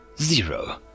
Zero